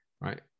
right